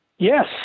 Yes